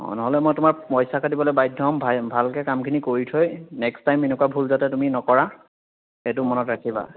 অ' নহ'লে মই তোমাৰ পইচা কাটিবলৈ বাধ্য হ'ম ভা ভালকৈ কামখিনি কৰি থৈ নেক্সট টাইম এনেকুৱা ভুল যাতে তুমি নকৰা সেইটো মনত ৰাখিবা